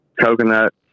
coconut